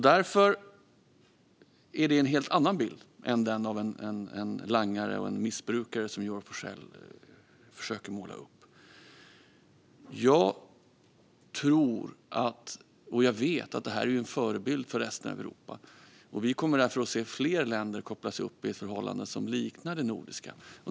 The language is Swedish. Detta är en helt annan bild än den av en langare och en missbrukare, som Joar Forssell försöker måla upp. Jag vet att detta är en förebild för resten av Europa. Vi kommer därför att se fler länder som kopplas upp i förhållanden som liknar det nordiska.